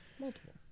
multiple